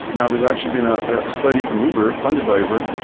now there's actually been a ah study from uber funded by uber.